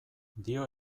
dio